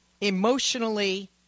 emotionally